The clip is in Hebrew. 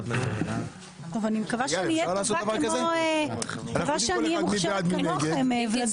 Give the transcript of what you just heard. אני מקווה שאני אהיה מוכשרת כמוכם, ולדימיר.